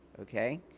Okay